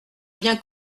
bien